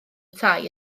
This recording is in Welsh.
tai